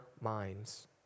minds